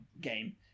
game